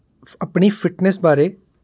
ਆਪਣੀ ਫਿੱਟਨੈਸ ਬਾਰੇ